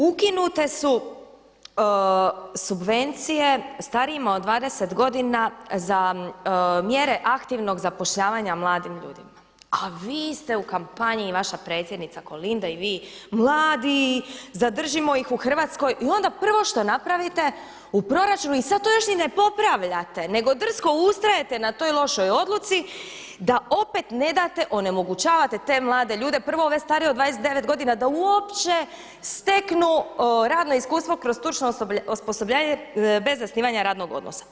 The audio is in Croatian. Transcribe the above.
Ukinute su subvencije starijima od 20 godina za mjere aktivnog zapošljavanja mladim ljudima, a vi ste u kampanji i vaša predsjednica Kolinda i vi mladi, zadržimo ih u Hrvatskoj i onda prvo što napravite u proračuni i sad to još ni ne popravljate nego drsko ustrajete na toj lošoj odluci da opet ne date, onemogućavate te te mlade ljude, prvo ove starije od 29 godina da uopće steknu radno iskustvo kroz stručno osposobljavanje bez zasnivanja radnog odnosa.